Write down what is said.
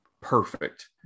perfect